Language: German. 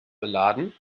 beladen